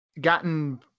gotten